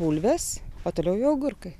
bulves o toliau jau agurkai